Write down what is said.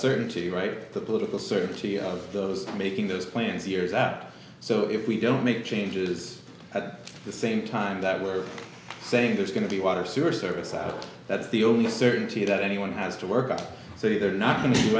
certainty right the political certainty of those making those plans years out so if we don't make changes at the same time that we're saying there's going to be water sewer service out that's the only certainty that anyone has to work out so they're not going to do